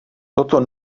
toto